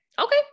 Okay